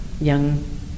young